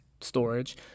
storage